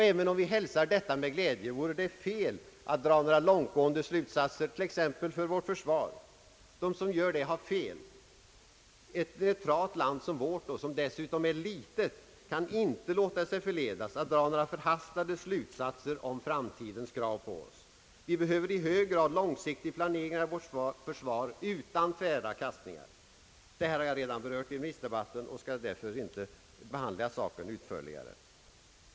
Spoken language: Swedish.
Även om vi hälsar detta med glädje, vore det dock fel att dra några långtgående slutsatser, t.ex. för vårt försvar. De som gör det har fel. Ett neutralt land som vårt — vilket dessutom är litet — kan inte låta sig förledas att dra några förhastade slutsatser om framtidens krav på oss. Vi behöver i hög grad långsiktig planering av vårt försvar utan tvära kastningar. Detta har jag redan berört i remissdebatten och skall därför inte behandla saken utförligare.